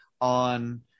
on